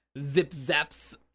zip-zaps